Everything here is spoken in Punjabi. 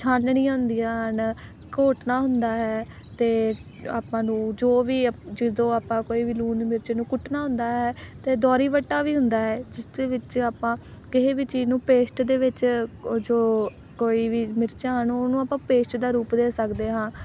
ਛਾਨਣੀਆਂ ਹੁੰਦੀਆਂ ਹਨ ਘੋਟਣਾ ਹੁੰਦਾ ਹੈ ਅਤੇ ਆਪਾਂ ਨੂੰ ਜੋ ਵੀ ਅਪ ਜਦੋਂ ਆਪਾਂ ਕੋਈ ਵੀ ਲੂਣ ਮਿਰਚ ਨੂੰ ਕੁੱਟਣਾ ਹੁੰਦਾ ਹੈ ਅਤੇ ਦੌਰੀ ਵੱਟਾ ਵੀ ਹੁੰਦਾ ਹੈ ਜਿਸਦੇ ਵਿੱਚ ਆਪਾਂ ਕਿਸੇ ਵੀ ਚੀਜ਼ ਨੂੰ ਪੇਸਟ ਦੇ ਵਿੱਚ ਜੋ ਕੋਈ ਵੀ ਮਿਰਚਾਂ ਨੂੰ ਉਹਨੂੰ ਆਪਾਂ ਪੇਸਟ ਦਾ ਰੂਪ ਦੇ ਸਕਦੇ ਹਾਂ